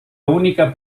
única